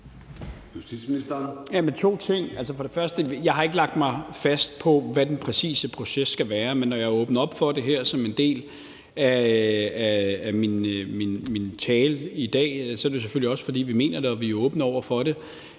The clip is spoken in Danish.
jeg ikke lagt mig fast på, hvad den præcise proces skal være, men når jeg åbner op for det her i min tale i dag, er det selvfølgelig også, fordi vi mener det og vi er åbne over for det.